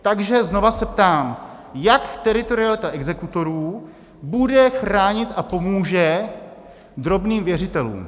Takže znova se ptám, jak teritorialita exekutorů bude chránit a pomůže drobným věřitelům?